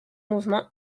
mouvements